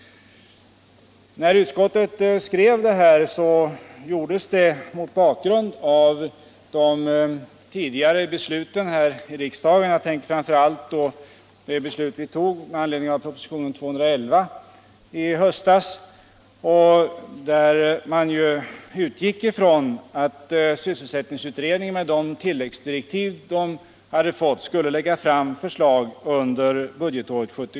När utskottet skrev detta gjordes det mot bakgrund av de tidigare besluten här i riksdagen — jag tänker då framför allt på det beslut som vi tog i höstas med anledning av propositionen 211. Man utgick där från att sysselsättningsutredningen med de tilläggsdirektiv den hade fått skulle lägga fram förslag under budgetåret 1977/78.